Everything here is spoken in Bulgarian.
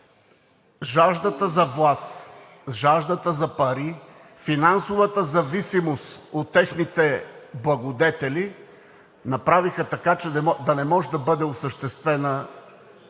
Жаждата за власт, жаждата за пари, финансовата зависимост от техните благодетели направиха така, че да не може да бъде осъществена